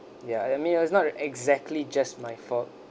ya I mean it was not exactly just my fault